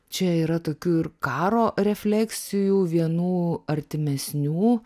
čia yra tokių ir karo refleksijų vienų artimesnių